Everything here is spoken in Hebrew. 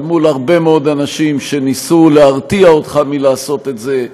אל מול הרבה מאוד אנשים שניסו להרתיע אותך מלעשות את זה,